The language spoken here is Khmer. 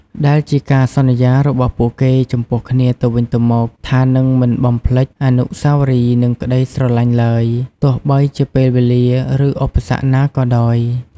ដែលជាការសន្យារបស់ពួកគេចំពោះគ្នាទៅវិញទៅមកថា នឹងមិនបំភ្លេចអនុស្សាវរីយ៍ និងក្តីស្រឡាញ់ឡើយ ទោះបីជាពេលវេលា ឬឧបសគ្គណាក៏ដោយ។